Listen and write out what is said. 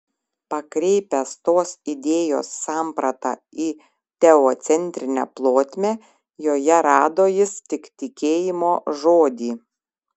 pakreipęs tos idėjos sampratą į teocentrinę plotmę joje rado jis tik tikėjimo žodį